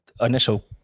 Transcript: initial